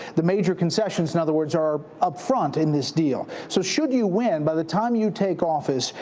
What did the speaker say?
the major concessions, in other words, are up front in this deal. so should you win by the time you take office,